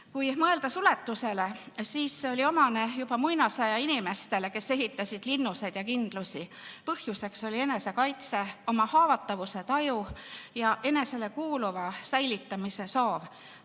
Kui mõelda suletusele, siis see oli omane juba muinasaja inimestele, kes ehitasid linnuseid ja kindlusi. Põhjuseks oli enesekaitse, oma haavatavuse taju ja enesele kuuluva säilitamise soov.